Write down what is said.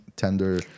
tender